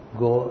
go